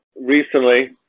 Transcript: recently